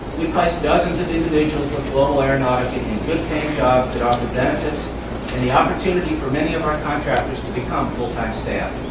we placed dozens of individuals with global aeronautica in good-paying jobs that offered benefits and the opportunity for many of our contractors to become full-time staff.